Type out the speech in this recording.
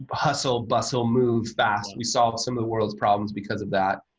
hustle-bustle moves, fast. we solve some of the world's problems because of that.